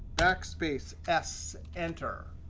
backspace s enter.